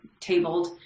tabled